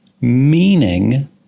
meaning